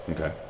okay